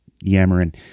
yammering